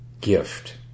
gift